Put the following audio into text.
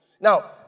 Now